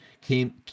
came